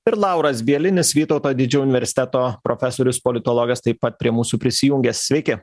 ir lauras bielinis vytauto didžiojo universiteto profesorius politologas taip pat prie mūsų prisijungė sveiki